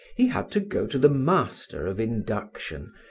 he had to go to the master of induction,